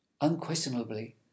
Unquestionably